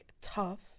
tough